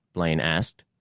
blane asked.